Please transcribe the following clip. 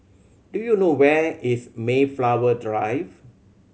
do you know where is Mayflower Drive